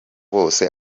bose